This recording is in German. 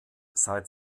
seit